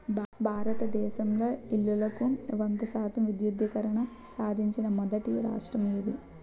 భారతదేశంలో ఇల్లులకు వంద శాతం విద్యుద్దీకరణ సాధించిన మొదటి రాష్ట్రం ఏది?